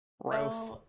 Gross